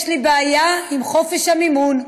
יש לי בעיה עם חופש המימון.